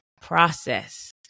process